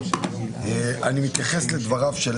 אני מתייחס לדבריו של